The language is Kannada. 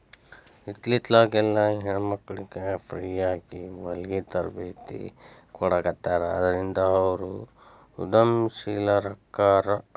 ಇತ್ತಿತ್ಲಾಗೆಲ್ಲಾ ಹೆಣ್ಮಕ್ಳಿಗೆ ಫ್ರೇಯಾಗಿ ಹೊಲ್ಗಿ ತರ್ಬೇತಿ ಕೊಡಾಖತ್ತಾರ ಅದ್ರಿಂದ ಅವ್ರು ಉದಂಶೇಲರಾಕ್ಕಾರ